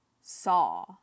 saw